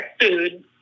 food